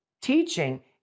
teaching